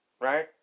right